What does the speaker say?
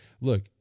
look